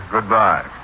Goodbye